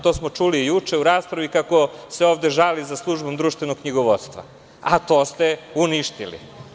To smo čuli juče u raspravi, kako se ovde žali za službom društvenog knjigovodstva, a to ste uništili.